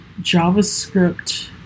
JavaScript